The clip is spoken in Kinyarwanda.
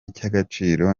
cy’agaciro